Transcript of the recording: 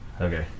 Okay